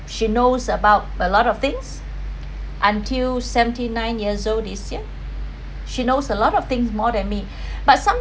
she knows about a lot of things until seventy nine years old this year she knows a lot of things more than me but